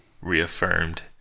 reaffirmed